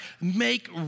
make